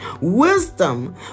wisdom